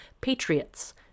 patriots